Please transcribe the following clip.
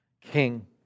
King